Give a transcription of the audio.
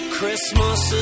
Christmas